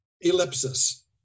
Ellipsis